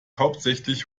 hauptsächlich